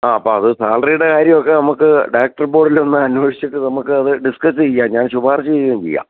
ആ അപ്പോൾ അത് സാലറിയുടെ കാര്യമൊക്കെ നമുക്ക് ഡയറക്റ്റര് ബോര്ഡിൻ്റെ ഒന്ന് അന്വേഷിച്ചിട്ട് നമുക്ക് അത് ഡിസ്ക്കസ് ചെയ്യാം ഞാന് ശുപാര്ശ ചെയ്യുകയും ചെയ്യാം